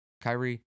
Kyrie